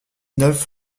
neuf